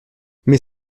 mais